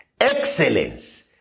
Excellence